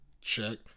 check